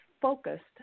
focused